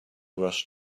rush